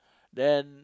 then